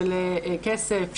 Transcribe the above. של כסף,